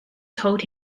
told